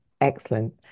Excellent